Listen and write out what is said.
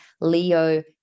leo